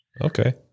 okay